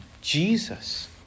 Jesus